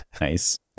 nice